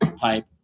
type